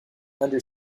under